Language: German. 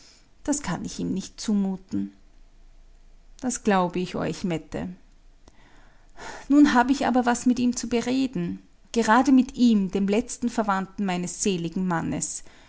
das kann ich ihm nicht zumuten das glaub ich euch mette nun hab ich aber was mit ihm zu bereden gerade mit ihm dem letzten verwandten meines seligen mannes